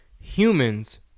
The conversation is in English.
Humans